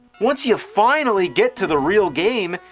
once you finally get to the real game,